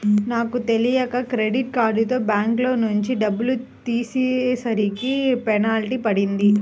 నాకు తెలియక క్రెడిట్ కార్డుతో బ్యాంకులోంచి డబ్బులు తీసేసరికి పెనాల్టీ పడింది